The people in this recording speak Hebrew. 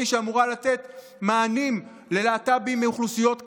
שאמורה לתת מענים ללהט"בים מאוכלוסיות קצה,